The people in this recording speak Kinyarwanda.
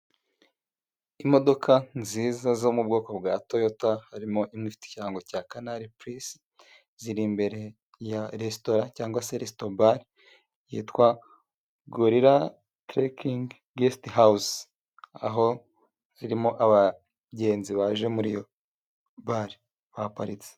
Imodoka nziza zo mu bwoko bwa toyota, harimo imwe ifite ikirango cya kanari purizi, ziri imbere ya resitora cyangwa sesito bale yitwa golila kere kingi gesite hawuze, aho zirimo abagenzi baje muri iyo bare baparitse.